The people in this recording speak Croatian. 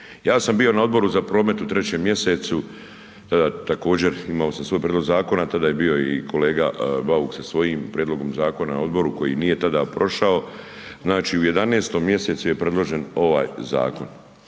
Ja sam bio na Odboru za promet u 3. mjesecu također imao sam svoj prijedlog zakona tada je bio i kolega Bauk sa svojim prijedlogom zakona na odboru koji nije tada prošao. Znači u 11. mjesecu je predložen ovaj zakon.